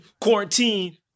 quarantine